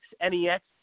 N-E-X